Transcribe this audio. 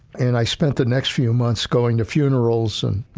and i spent the next few months going to funerals and,